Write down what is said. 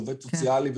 עובד סוציאלי,